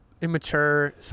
immature